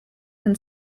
can